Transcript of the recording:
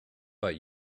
but